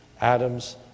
Adam's